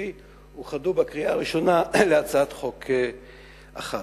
אוחדו בקריאה הראשונה להצעת חוק אחת.